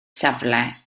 safle